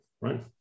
right